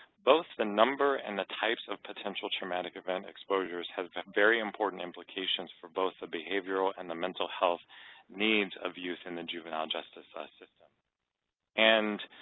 both the number and the types of potential traumatic event exposures have very important implications implications for both the behavioral and the mental health needs of youth in the juvenile justice ah system and